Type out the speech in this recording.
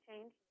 change